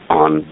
on